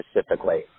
specifically